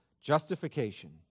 justification